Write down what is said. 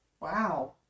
Wow